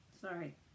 Sorry